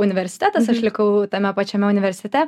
universitetas aš likau tame pačiame universitete